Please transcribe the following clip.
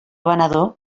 venedor